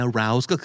Arouse